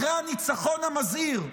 אחרי הניצחון המזהיר,